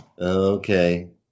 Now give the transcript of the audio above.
Okay